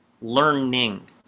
Learning